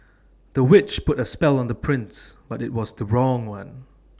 the witch put A spell on the prince but IT was the wrong one